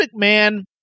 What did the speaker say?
McMahon